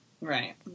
Right